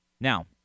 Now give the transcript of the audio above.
Now